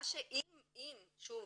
שוב,